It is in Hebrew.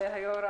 כבוד היושב-ראש,